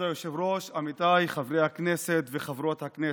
כבוד היושב-ראש, עמיתיי חברי וחברות הכנסת,